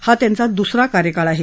हा त्यांचा दुसरा कार्यकाळ आहे